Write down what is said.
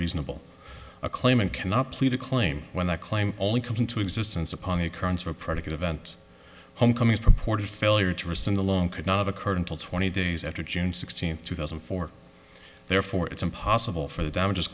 reasonable a claimant cannot plead a claim when that claim only comes into existence upon the occurrence of a predicate event homecomings purported failure to rescind the loan could not have occurred until twenty days after june sixteenth two thousand and four therefore it's impossible for the damages